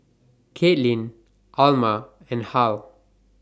Katelyn Alma and Hal